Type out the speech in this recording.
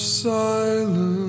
silence